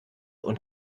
und